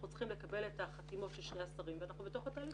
אנחנו צריכים לקבל את החתימות של שני השרים ואנחנו בתוך התהליך הזה.